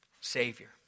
Savior